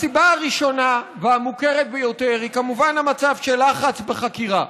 הסיבה הראשונה והמוכרת ביותר היא כמובן המצב של לחץ בחקירה.